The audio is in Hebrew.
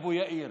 "אבו יאיר".